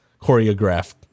choreographed